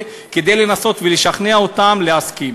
כדי לנסות ולשכנע אותם להסכים.